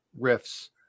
riffs